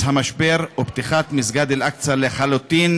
המשבר ופתיחת מסגד אל-אקצא לחלוטין,